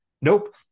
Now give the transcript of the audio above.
Nope